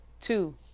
Two